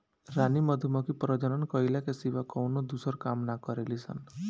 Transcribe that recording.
रानी मधुमक्खी प्रजनन कईला के सिवा कवनो दूसर काम ना करेली सन